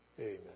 Amen